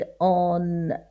on